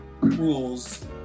rules